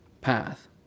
path